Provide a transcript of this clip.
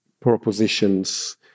propositions